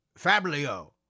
Fablio